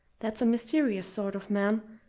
that's a mysterious sort of man,